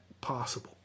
possible